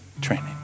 training